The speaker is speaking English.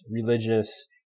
religious